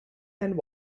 and